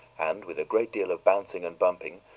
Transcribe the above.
and with a great deal of bouncing and bumping,